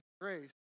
grace